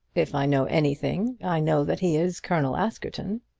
if i know anything, i know that he is colonel askerton.